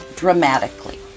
dramatically